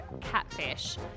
catfish